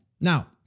Now